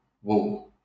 whoa